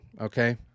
okay